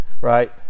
right